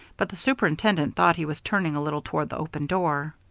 but the superintendent thought he was turning a little toward the open doorway.